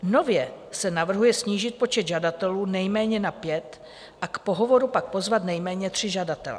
Nově se navrhuje snížit počet žadatelů nejméně na pět a k pohovoru pak pozvat nejméně tři žadatele.